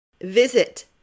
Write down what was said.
Visit